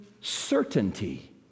certainty